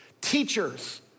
teachers